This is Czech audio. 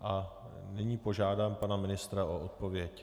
A nyní požádám pana ministra o odpověď.